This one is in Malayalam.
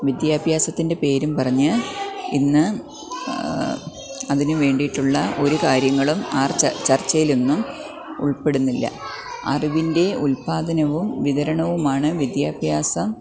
വിദ്യാഭ്യാസത്തിൻറ്റെ പേരും പറഞ്ഞ് ഇന്ന് അതിനു വേണ്ടിയിട്ടുള്ള ഒരു കാര്യങ്ങളും ആർ ചർച്ചയിലൊന്നും ഉൾപ്പെടുന്നില്ല അറിവിൻറ്റെ ഉൽപ്പാദനവും വിതരണവുമാണ് വിദ്യാഭ്യാസം